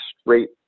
straight